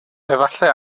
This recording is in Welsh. efallai